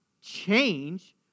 change